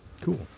Cool